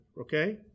okay